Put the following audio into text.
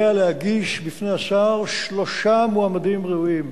עליה להגיש בפני השר שלושה מועמדים ראויים,